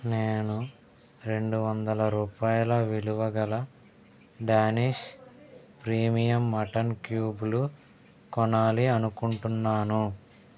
నేను రెండు వందల రూపాయల విలువ గల డానిష్ ప్రీమియం మటన్ క్యూబ్లు కొనాలి అనుకుంటున్నాను